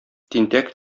тинтәк